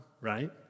right